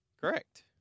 Correct